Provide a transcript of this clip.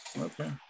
okay